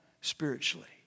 spiritually